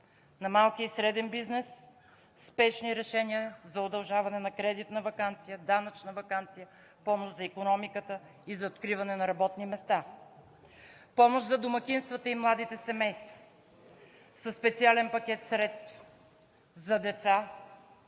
на малкия и среден бизнес, спешни решения за удължаване на кредитната ваканция, данъчна ваканция, помощ за икономиката и за откриване на работни места. Помощ за домакинствата и младите семейства със специален пакет средства за деца